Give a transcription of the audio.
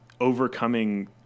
overcoming